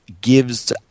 gives